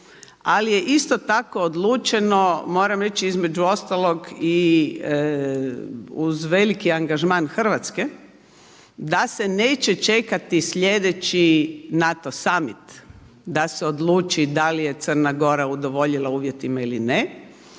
ali je isto tako odlučeno moram reći između ostalog i uz veliki angažman Hrvatske da se neće čekati sljedeći NATO summit sa se odluči da li je Crna Gora udovoljila uvjetima ili ne,